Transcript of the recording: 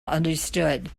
understood